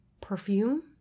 perfume